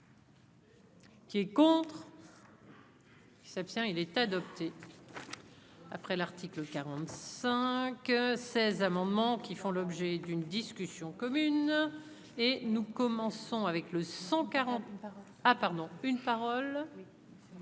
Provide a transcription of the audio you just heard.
Qui est contre qui s'abstient, il est adopté. Après l'article 45 16 amendements qui font l'objet d'une discussion commune et nous commençons avec le 140 ah pardon, une parole.